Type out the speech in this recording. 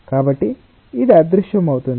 కాబట్టి ఇది అదృశ్యమవుతుంది